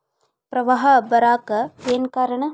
ಪ್ರವಾಹ ಬರಾಕ್ ಏನ್ ಕಾರಣ?